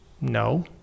No